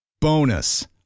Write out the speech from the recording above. Bonus